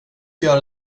göra